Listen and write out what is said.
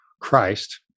Christ